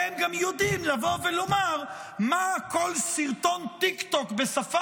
הם גם יודעים לבוא ולומר על כל סרטון טיקטוק בשפה